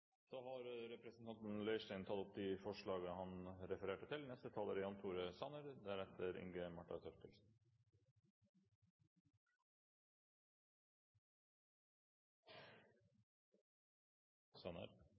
Da har representanten Ulf Leirstein tatt opp de forslag han refererte til.